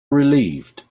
relieved